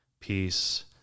peace